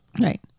Right